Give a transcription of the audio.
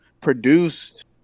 produced